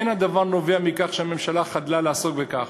אין הדבר נובע מכך שהממשלה חדלה לעסוק בכך.